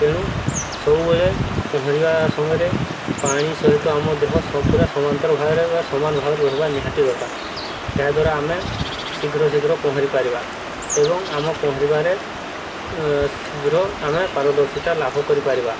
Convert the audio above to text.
ତେଣୁ ସବୁବେଳେ ପହଁରିବା ସମୟରେ ପାଣି ସହିତ ଆମ ଦେହ ପୁରା ସମାନ୍ତରଳଭାବରେ ବା ସମାନଭାବରେ ରହିବା ନିହାତି ଦରକାର ଏହାଦ୍ୱାରା ଆମେ ଶୀଘ୍ର ଶୀଘ୍ର ପହଁରି ପାରିବା ଏବଂ ଆମେ ପହଁରିବାରେ ଶୀଘ୍ର ଆମେ ପାରଦର୍ଶତା ଲାଭ କରିପାରିବା